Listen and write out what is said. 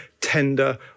tender